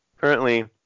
currently